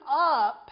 up